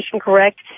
correct